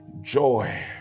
joy